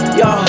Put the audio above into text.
yo